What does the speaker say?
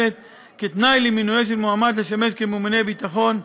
כתנאי למינויו של מועמד לשמש ממונה ביטחון.